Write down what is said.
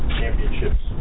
championships